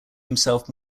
himself